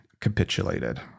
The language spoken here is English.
capitulated